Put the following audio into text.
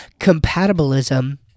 compatibilism